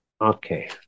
Okay